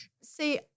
See